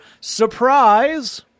surprise